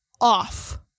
off